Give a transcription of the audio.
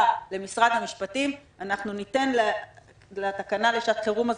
ומשרד המשפטים ניתן לתקנה לשעת חירום הזאת,